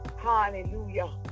Hallelujah